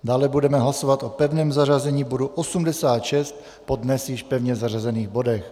Dále budeme hlasovat o pevném zařazení bodu 86 po dnes již pevně zařazených bodech.